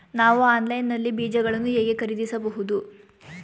ನಾವು ಆನ್ಲೈನ್ ನಲ್ಲಿ ಬೀಜಗಳನ್ನು ಹೇಗೆ ಖರೀದಿಸಬಹುದು?